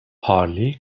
پارلی